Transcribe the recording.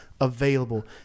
available